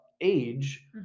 Age